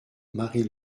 marie